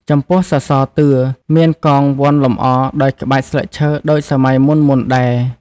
ចំពោះសរសើរតឿ មានកងវណ្ឌលម្អដោយក្បាច់ស្លឹកឈើដូចសម័យ មុនៗដែរ។